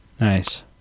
Nice